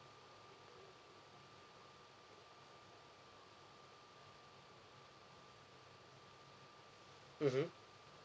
mmhmm